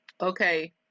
Okay